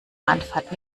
anfahrt